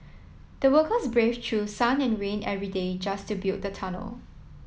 the workers braved through sun and rain every day just to build the tunnel